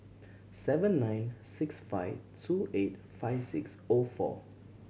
seven nine six five two eight five six O four